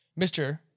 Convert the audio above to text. Mr